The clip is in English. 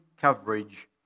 coverage